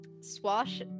swash